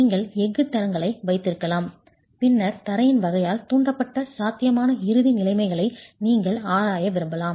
நீங்கள் எஃகு தளங்களை வைத்திருக்கலாம் பின்னர் தரையின் வகையால் தூண்டப்பட்ட சாத்தியமான இறுதி நிலைமைகளை நீங்கள் ஆராய விரும்பலாம்